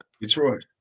Detroit